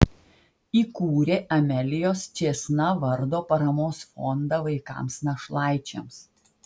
įkūrė amelijos čėsna vardo paramos fondą vaikams našlaičiams